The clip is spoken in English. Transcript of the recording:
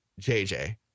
JJ